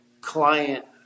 client